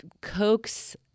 coax